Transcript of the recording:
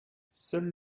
seuls